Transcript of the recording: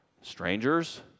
Strangers